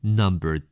number